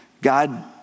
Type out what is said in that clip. God